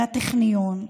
מהטכניון,